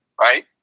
right